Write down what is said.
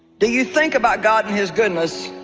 do you think about god in his goodness